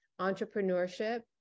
entrepreneurship